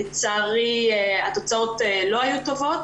אבל לצערי התוצאות לא היו טובות.